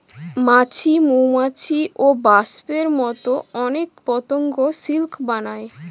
মাছি, মৌমাছি, ওবাস্পের মতো অনেক পতঙ্গ সিল্ক বানায়